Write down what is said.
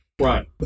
Right